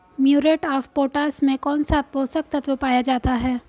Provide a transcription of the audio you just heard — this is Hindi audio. म्यूरेट ऑफ पोटाश में कौन सा पोषक तत्व पाया जाता है?